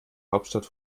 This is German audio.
hauptstadt